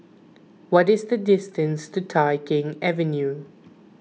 what is the distance to Tai Keng Avenue